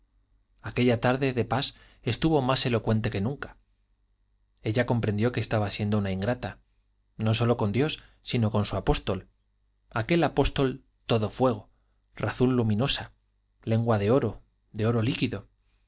aquella tarde de pas estuvo más elocuente que nunca ella comprendió que estaba siendo una ingrata no sólo con dios sino con su apóstol aquel apóstol todo fuego razón luminosa lengua de oro de oro líquido